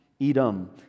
Edom